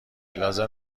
لازم